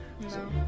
No